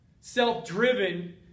self-driven